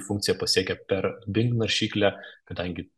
funkcija pasiekia per bing naršyklę kadangi